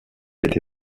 été